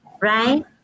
right